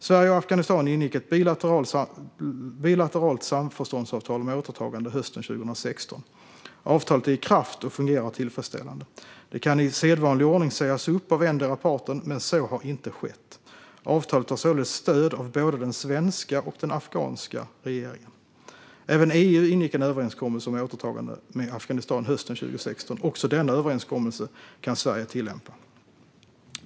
Sverige och Afghanistan ingick ett bilateralt samförståndsavtal om återtagande hösten 2016. Avtalet är i kraft och fungerar tillfredsställande. Det kan i sedvanlig ordning sägas upp av endera parten, men så har inte skett. Avtalet har således stöd av både den svenska och den afghanska regeringen. Även EU ingick en överenskommelse om återtagande med Afghanistan hösten 2016. Också denna överenskommelse kan Sverige tillämpa.